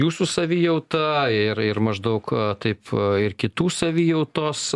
jūsų savijauta ir ir maždaug taip ir kitų savijautos